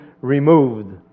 removed